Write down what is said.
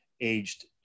aged